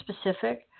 specific